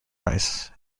rice